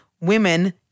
women